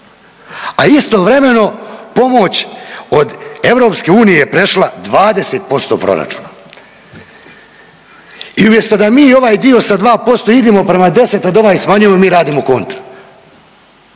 a istovremeno pomoć od EU je prešla 20% proračuna. I umjesto da mi ovaj dio sa 2% idemo prema 10, a da ovaj smanjujemo mi radimo kontra.